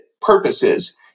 purposes